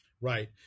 Right